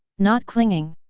not clinging.